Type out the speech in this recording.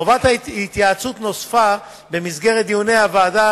חובת ההתייעצות נוספה במסגרת דיוני הוועדה